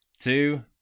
two